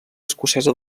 escocesa